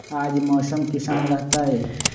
आज मौसम किसान रहतै?